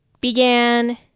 began